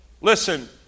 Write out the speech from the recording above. Listen